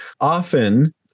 Often